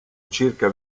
circa